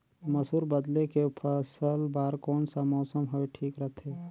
मसुर बदले के फसल बार कोन सा मौसम हवे ठीक रथे?